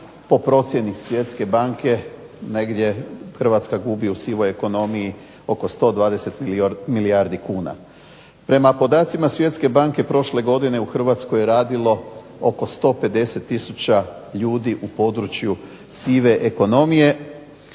Po procjeni Svjetske banke negdje Hrvatska gubi u sivoj ekonomiji oko 120 milijardi kuna. Prema podacima Svjetske banke prošle godine u Hrvatskoj je radilo oko 150 tisuća ljudi u području sive ekonomije,